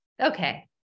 Okay